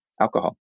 alcohol